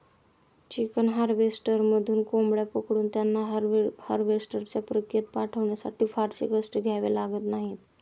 chicken हार्वेस्टरमधून कोंबड्या पकडून त्यांना हार्वेस्टच्या प्रक्रियेत पाठवण्यासाठी फारसे कष्ट घ्यावे लागत नाहीत